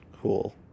Cool